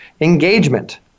engagement